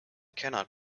cannot